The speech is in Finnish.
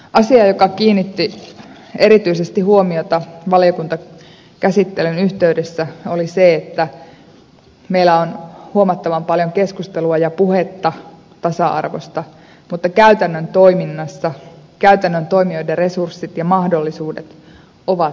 asia johon kiinnitettiin erityisesti huomiota valiokuntakäsittelyn yhteydessä oli se että meillä on huomattavan paljon keskustelua ja puhetta tasa arvosta mutta käytännön toiminnassa käytännön toimijoiden resurssit ja mahdollisuudet ovat varsin heikot